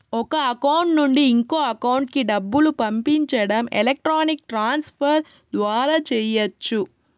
ఒక అకౌంట్ నుండి ఇంకో అకౌంట్ కి డబ్బులు పంపించడం ఎలక్ట్రానిక్ ట్రాన్స్ ఫర్ ద్వారా చెయ్యచ్చు